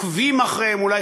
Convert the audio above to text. עוקבים אחריהם: אולי,